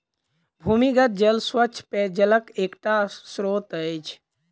भूमिगत जल स्वच्छ पेयजलक एकटा स्त्रोत अछि